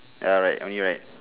ya right only like